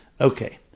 Okay